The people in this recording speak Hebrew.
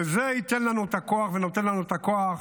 וזה ייתן לנו את הכוח ונותן לנו את הכוח